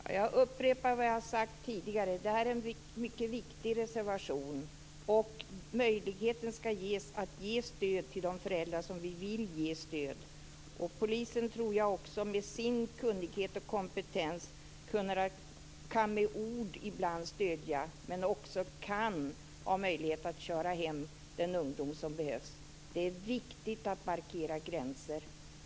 Herr talman! Jag upprepar vad jag sagt tidigare. Det här är en mycket viktig reservation. Möjligheten skall ges att stödja de föräldrar som vi vill ge stöd till. Polisen med sin kunnighet och kompetens kan med ord ibland stödja men har också möjlighet att köra hem en ungdom. Det är viktigt att markera gränser.